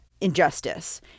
injustice